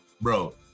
Bro